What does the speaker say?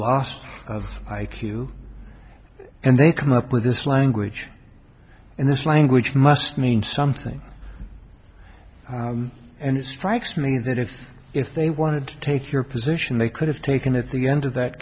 lot of i q and they come up with this language in this language must mean something and it strikes me that if if they wanted to take your position they could have taken at the end of that